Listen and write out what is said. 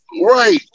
right